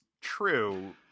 true